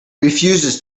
refuses